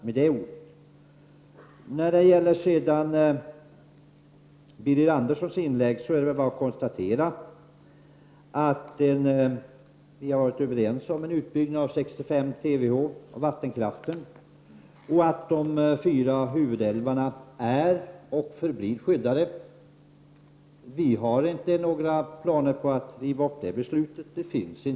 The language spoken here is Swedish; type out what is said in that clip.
Beträffande Birger Anderssons inlägg kan man bara konstatera att vi har varit överens om en utbyggnad med 65 TWh när det gäller vattenkraften och att de fyra huvudälvarna är och förblir skyddade. Vi har inte några planer på att riva upp det beslutet.